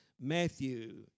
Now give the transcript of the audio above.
Matthew